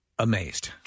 Amazed